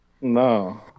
No